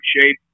shape